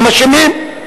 הם אשמים.